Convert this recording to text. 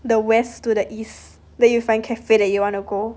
the west to the east then you find cafe that you want to go